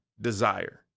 Desire